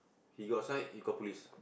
he got side he got police